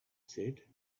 said